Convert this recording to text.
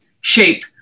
shape